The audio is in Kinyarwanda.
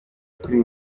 buri